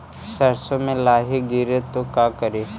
सरसो मे लाहि गिरे तो का करि?